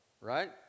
right